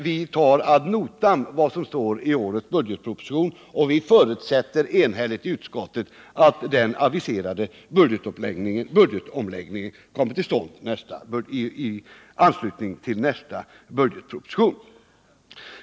Vi tar ad notam vad som står i årets budgetproposition och förutsätter att den aviserade omläggningen kommer till stånd till nästa budgetproposition.